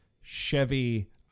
chevy